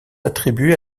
attribués